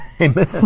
Amen